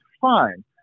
fine